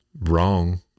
wrong